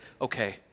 okay